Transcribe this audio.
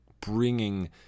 bringing